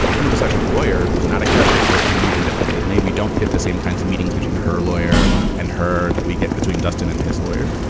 you know, besides her lawyer, who's not a character that we meet independently, we don't get the same kinds of meetings between her lawyer and her that we get between dustin and his lawyer.